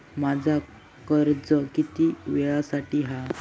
माझा कर्ज किती वेळासाठी हा?